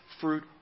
fruit